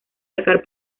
sacar